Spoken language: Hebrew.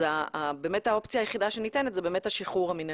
אז האופציה היחידה שניתנת זה באמת השחרור המינהלי,